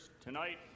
tonight